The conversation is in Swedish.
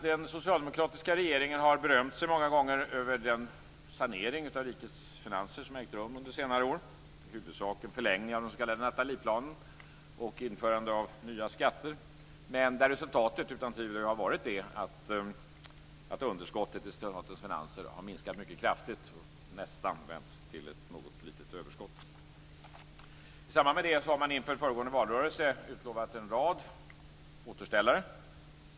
Den socialdemokratiska regeringen har många gånger berömt sig för den sanering av rikets finanser som ägt rum under senare år, huvudsakligen förlängningen av den s.k. Natalieplanen och införandet av nya skatter. Men resultatet har utan tvivel varit det att underskottet i statens finanser har minskat mycket kraftigt och nästan vänts till ett litet överskott. I samband med det utlovade man inför föregående valrörelse en rad återställare.